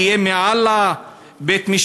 אני אהיה מעל בית-המשפט?